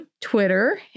Twitter